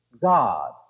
God